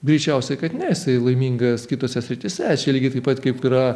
greičiausiai kad ne jisai laimingas kitose srityse čia lygiai taip pat kaip yra